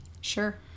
Sure